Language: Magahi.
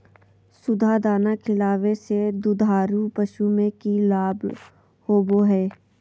सुधा दाना खिलावे से दुधारू पशु में कि लाभ होबो हय?